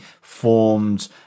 formed